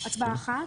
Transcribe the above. הצבעה אחת,